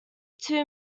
two